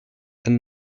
and